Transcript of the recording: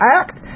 act